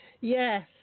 Yes